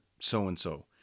so-and-so